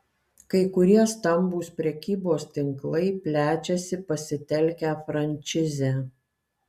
kai kurie stambūs prekybos tinklai plečiasi pasitelkę frančizę